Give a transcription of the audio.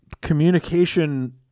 communication